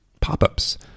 pop-ups